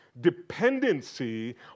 dependency